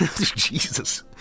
Jesus